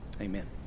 Amen